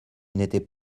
n’étaient